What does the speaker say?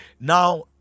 Now